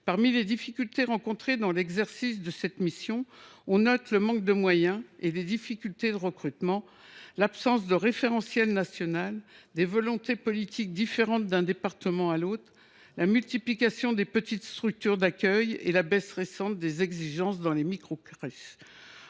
Parmi les difficultés rencontrées dans l’exercice de cette mission, on note le manque de moyens, les difficultés de recrutement, l’absence de référentiel national, les différences de volonté politique d’un département à l’autre, la multiplication des petites structures d’accueil et la baisse récente des exigences dans les microcrèches.